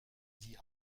die